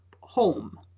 home